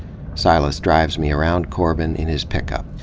silas drives me around corbin in his pickup.